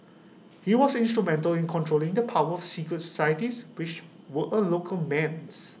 he was instrumental in controlling the power of secret societies which were A local menace